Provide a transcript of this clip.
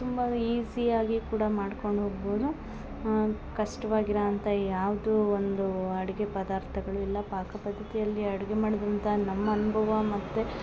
ತುಂಬಾ ಈಝಿಯಾಗಿ ಕೂಡಾ ಮಾಡ್ಕೊಂಡು ಹೋಗ್ಬೌದು ಕಷ್ಟ್ವಾಗಿ ಇರೋವಂಥ ಯಾವುದು ಒಂದು ಅಡ್ಗೆ ಪದಾರ್ಥಗಳು ಇಲ್ಲ ಪಾಕ ಪದ್ಧತಿ ಅಲ್ಯು ಅಡ್ಗೆ ಮಾಡಿದಂಥ ನಮ್ಮ ಅನ್ಭವ ಮತ್ತು